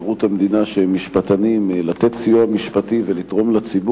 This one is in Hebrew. בוועדה למינוי קאדים, ובקרב מכובדים